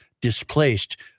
displaced